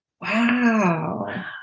Wow